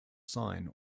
sign